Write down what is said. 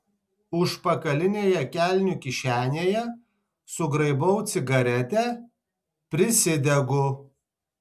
užpakalinėje kelnių kišenėje sugraibau cigaretę prisidegu